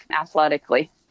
athletically